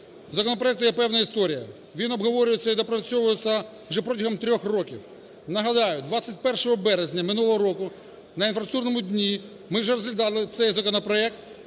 законопроекту є певна історія, він обговорюється і доопрацьовується вже протягом трьох років. Нагадаю, 21 березня минулого року на інфраструктурному дні ми вже розглядали цей законопроект